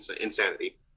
insanity